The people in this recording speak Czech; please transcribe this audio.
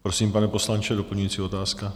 Prosím, pane poslanče, doplňující otázka.